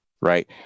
right